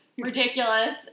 ridiculous